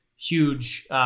huge